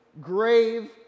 grave